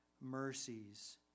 mercies